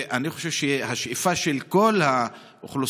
ואני חושב שהשאיפה של כל האוכלוסייה